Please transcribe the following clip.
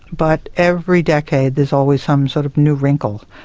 but every decade there is always some sort of new wrinkle.